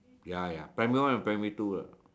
ya ya primary one or primary two lah